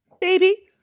baby